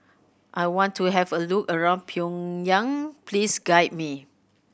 I want to have a look around Pyongyang please guide me